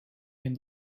aimes